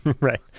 Right